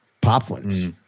poplins